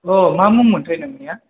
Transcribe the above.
औ मा मुं मोनथाय नोंनिया